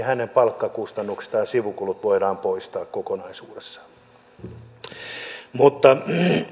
hänen palkkakustannuksistaan sivukulut voidaan poistaa kokonaisuudessaan